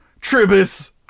Tribus